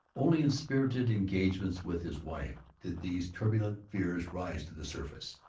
only in spirited engagements with his wife did these turbulent fears rise to the surface.